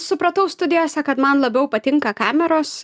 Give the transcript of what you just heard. supratau studijose kad man labiau patinka kameros